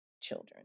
children